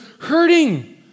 hurting